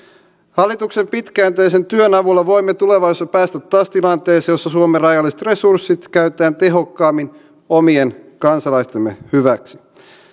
hallituksen pitkäjänteisen työn avulla voimme tulevaisuudessa päästä taas tilanteeseen jossa suomen rajalliset resurssit käytetään tehokkaammin omien kansalaistemme hyväksi